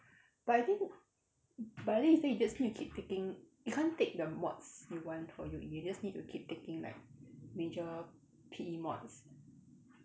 but I think but I think you just need to keep taking you can't take the mods you want for U_E you just need to keep taking like major P_E mods